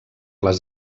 les